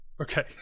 Okay